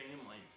families